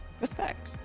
respect